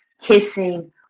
Kissing